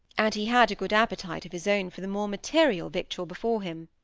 and he had a good appetite of his own for the more material victual before him.